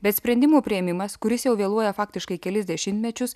bet sprendimų priėmimas kuris jau vėluoja faktiškai kelis dešimtmečius